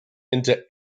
into